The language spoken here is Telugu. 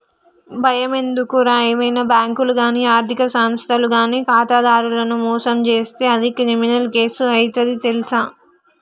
బయమెందుకురా ఏవైనా బాంకులు గానీ ఆర్థిక సంస్థలు గానీ ఖాతాదారులను మోసం జేస్తే అది క్రిమినల్ కేసు అయితది తెల్సా